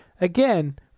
again